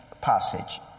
passage